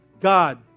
God